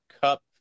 cup